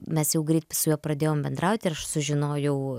mes jau greit su juo pradėjom bendrauti ir aš sužinojau